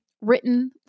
Written